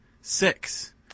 Six